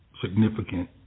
significant